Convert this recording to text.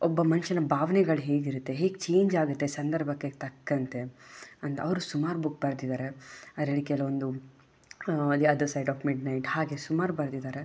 ಒಬ್ಬ ಮನುಷ್ಯನ ಭಾವನೆಗಳು ಹೇಗಿರುತ್ತೆ ಹೇಗೆ ಚೇಂಜ್ ಆಗುತ್ತೆ ಸಂದರ್ಭಕ್ಕೆ ತಕ್ಕಂತೆ ಅಂತ ಅವರು ಸುಮಾರು ಬುಕ್ ಬರೆದಿದ್ದಾರೆ ಅದರಲ್ಲಿ ಕೆಲವೊಂದು the other side of midnight ಹಾಗೆ ಸುಮಾರು ಬರೆದಿದ್ದಾರೆ